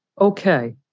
Okay